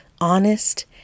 honest